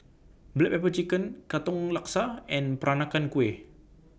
Black Pepper Chicken Katong Laksa and Peranakan Kueh